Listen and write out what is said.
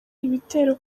ibitero